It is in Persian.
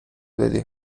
دادی